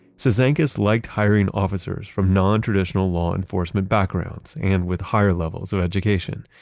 cizanckas liked hiring officers from non-traditional law enforcement backgrounds and with higher levels of education.